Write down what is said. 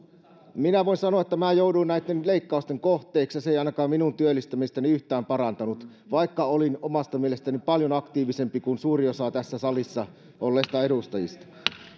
sanoa että minä jouduin näitten leikkausten kohteeksi ja se ei ainakaan minun työllistymistäni yhtään parantanut vaikka olin omasta mielestäni paljon aktiivisempi kuin suurin osa tässä salissa olleista edustajista